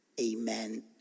Amen